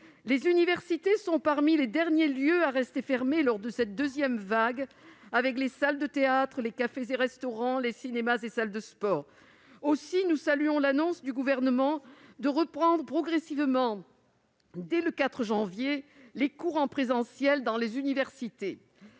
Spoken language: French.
Les universités sont parmi les derniers lieux à rester fermés lors de cette deuxième vague, avec les salles de théâtre, les cafés et restaurants, les cinémas et les salles de sport. Aussi saluons-nous l'annonce par le Gouvernement d'une reprise progressive, dès le 4 janvier, des cours en présentiel dans les universités.